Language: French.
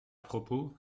propos